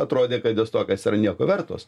atrodė kad jos tokios yra nieko vertos